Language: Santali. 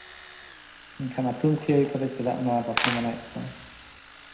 ᱢᱮᱱᱠᱷᱟᱱ ᱟᱹᱛᱩ ᱢᱩᱠᱷᱤᱭᱟᱹ ᱦᱩᱭ ᱠᱟᱛᱮᱫ ᱪᱮᱫᱟᱜ ᱱᱚᱣᱟ ᱵᱟᱯᱮ ᱢᱟᱱᱟᱭᱮᱫ ᱠᱚᱣᱟ